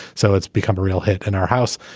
so it's become a real hit in our house.